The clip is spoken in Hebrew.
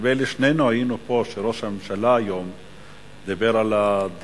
נדמה לי ששנינו היינו פה כשראש הממשלה דיבר היום על הדיור.